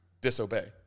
disobey